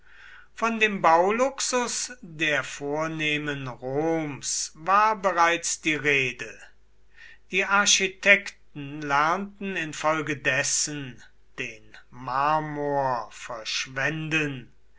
von dem bauluxus der vornehmen roms war bereits die rede die architekten lernten infolgedessen den marmor verschwenden